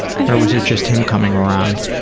or was it just him coming around?